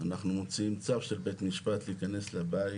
אנחנו מוציאים צו של בית משפט להיכנס לבית,